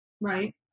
Right